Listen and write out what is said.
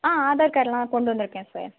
ஆ Aadhaar card எல்லாம் கொண்டு வந்துருக்கேன் சார்